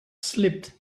slipped